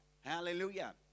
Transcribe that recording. Hallelujah